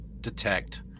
detect